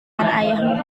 ayahmu